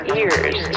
ears